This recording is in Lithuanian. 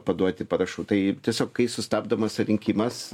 paduoti parašų tai tiesiog kai sustabdomas rinkimas